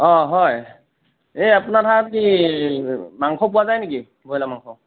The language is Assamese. অ হয় এই আপোনাৰ তাত কি মাংস পোৱা যায় নেকি ব্ৰইলাৰ মাংস